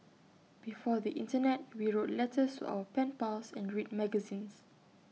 before the Internet we wrote letters to our pen pals and read magazines